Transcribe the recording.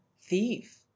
Thief